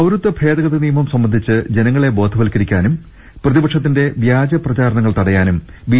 പൌരത്വഭേദഗതിനിയമം സംബന്ധിച്ച് ജനങ്ങളെ ബോധവൽക്കരി ക്കാനും പ്രതിപക്ഷത്തിന്റെ വ്യാജ പ്രചാരണങ്ങൾ തടയാനും ബി